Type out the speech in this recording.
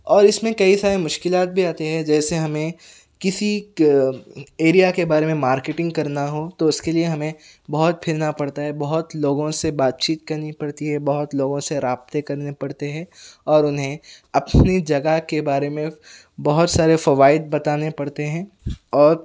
اور اس میں کئی سارے مشکلات بھی آتے ہیں جیسے ہمیں کسی ایریا کے بارے میں مارکٹنگ کرنا ہو تو اس کے لئے ہمیں بہت پھرنا پڑتا ہے بہت لوگوں سے بات چیت کرنی پڑتی ہے بہت لوگوں سے رابطے کرنے پڑتے ہیں اور انہیں اپنی جگہ کے بارے میں بہت سارے فوائد بتانے پڑتے ہیں اور